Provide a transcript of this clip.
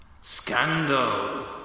Scandal